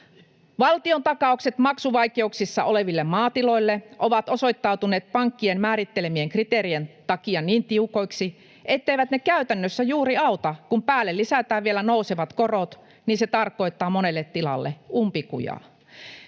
Valtiontakaukset maksuvaikeuksissa oleville maatiloille ovat osoittautuneet pankkien määrittelemien kriteerien takia niin tiukoiksi, etteivät ne käytännössä juuri auta — kun päälle lisätään nousevat korot, tarkoittaa se monelle tilalle umpikujaa.